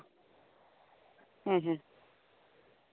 ᱦᱮᱸ ᱦᱮᱸ ᱦᱮᱸ ᱦᱮᱸ